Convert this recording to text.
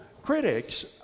Critics